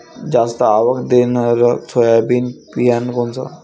जास्त आवक देणनरं सोयाबीन बियानं कोनचं?